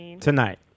Tonight